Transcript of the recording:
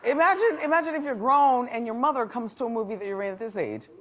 imagine imagine if you're grown and your mother comes to a movie that you're in at this age.